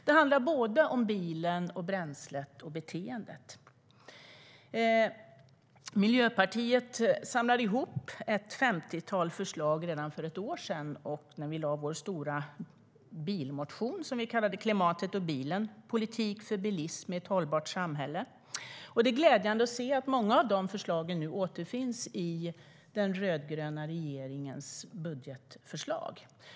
Det handlar om bilen, bränslet och beteendet. Miljöpartiet samlade ihop ett femtiotal förslag redan för ett år sedan när vi lade fram vår stora bilmotion Klimatet och bilen politik för bilism i ett hållbart samhälle. Det är glädjande att se att många av dessa förslag återfinns i den rödgröna regeringens budgetförslag.